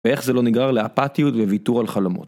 ואיך זה לא ניגרר לאפטיות וויתור על חלומות.